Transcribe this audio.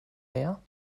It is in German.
meer